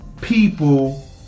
people